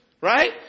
Right